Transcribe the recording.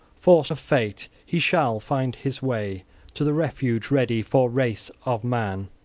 forced of fate, he shall find his way to the refuge ready for race of man,